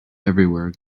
everywhere